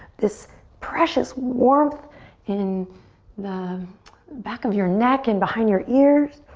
this precious warmth in the back of your neck and behind your ears.